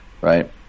Right